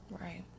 Right